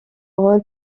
rôle